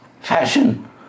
fashion